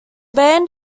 band